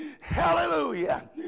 Hallelujah